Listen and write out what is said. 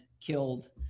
killed